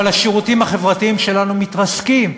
אבל השירותים החברתיים שלנו מתרסקים,